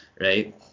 right